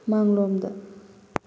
ꯃꯥꯡꯂꯣꯝꯗ